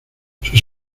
sus